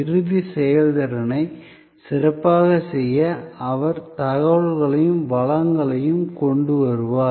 இறுதி செயல்திறனை சிறப்பாக செய்ய அவர் தகவல்களையும் வளங்களையும் கொண்டு வருவார்